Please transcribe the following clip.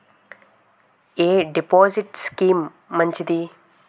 ఎ deposit scheme మంచిది?